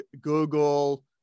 Google